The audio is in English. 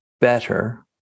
better